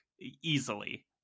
easily